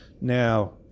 Now